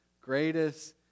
greatest